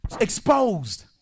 exposed